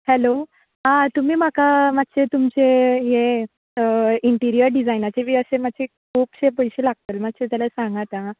hello आं तुमी म्हाका मातशें तुमचे हें इंटेरियर डिजायनींगाचे बी आसल्यार मातशें खूब पयशे लागतले जाल्यार मातशें सांगात आं